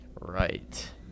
Right